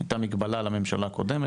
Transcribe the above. הייתה מגבלה על הממשלה הקודמת.